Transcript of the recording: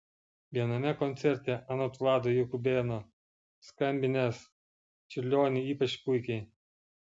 viename koncerte anot vlado jakubėno skambinęs čiurlionį ypač puikiai